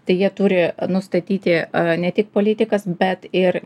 tai jie turi nustatyti ne tik politikas bet ir